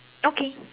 okay